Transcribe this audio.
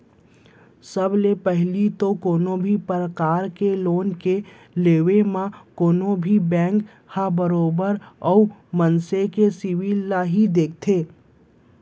सब ले पहिली तो कोनो भी परकार के लोन के लेबव म कोनो भी बेंक ह बरोबर ओ मनसे के सिविल ल ही देखथे